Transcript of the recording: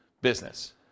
business